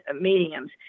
mediums